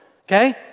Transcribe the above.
okay